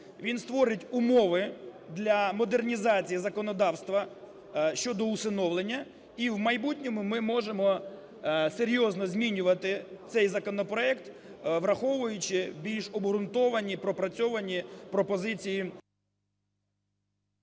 він створить умови для модернізації законодавства щодо усиновлення і в майбутньому ми можемо серйозно змінювати цей законопроект, враховуючи більш обґрунтовані, пропрацьовані пропозиції…